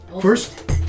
First